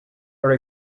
are